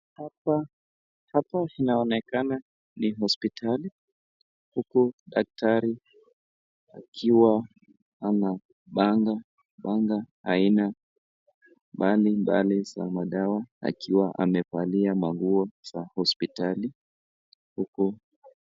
Hapa hapa inaonekana ni hospitali, huku daktari akiwa anapanga panga aina mbali mbali za madawa akiw amevalia manguo za hospitali huku.